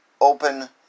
Open